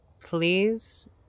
Please